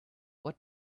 what